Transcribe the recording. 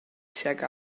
tuag